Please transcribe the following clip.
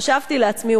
חשבתי לעצמי,